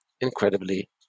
incredibly